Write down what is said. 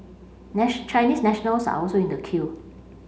Chinese nationals are also in the queue